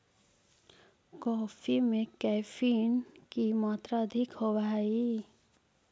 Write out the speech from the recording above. coffee में caffeine की मात्रा अधिक होवअ हई